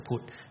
put